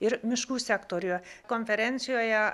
ir miškų sektoriuje konferencijoje